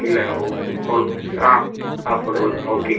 ഇല്ല okay almost ആ ആ ഫുള്ളും ഓക്കെ